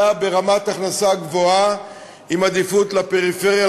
ברמת הכנסה גבוהה עם עדיפות לפריפריה,